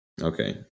Okay